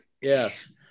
yes